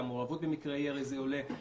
גם מעורבות במקרי ירי עולה.